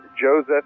Joseph